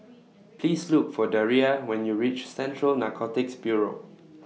Please Look For Daria when YOU REACH Central Narcotics Bureau